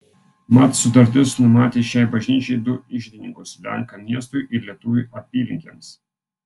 mat sutartis numatė šiai bažnyčiai du iždininkus lenką miestui ir lietuvį apylinkėms